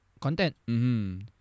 content